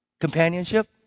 Companionship